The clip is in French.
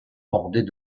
bordées